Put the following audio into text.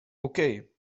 okay